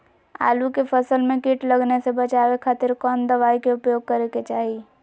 आलू के फसल में कीट लगने से बचावे खातिर कौन दवाई के उपयोग करे के चाही?